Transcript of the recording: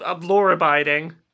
law-abiding